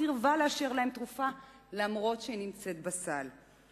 סירבה לאשר להם תרופה אף-על-פי שהיא נמצאת בסל.